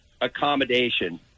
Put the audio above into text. accommodation